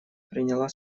приняла